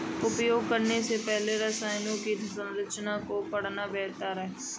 उपयोग करने से पहले रसायनों की संरचना को पढ़ना बेहतर है